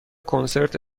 کنسرت